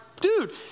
dude